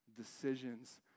decisions